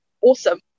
Awesome